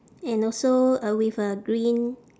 and also uh with a green